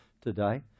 today